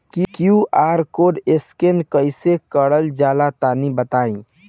QR code scan कैसे क़रल जला तनि बताई?